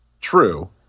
True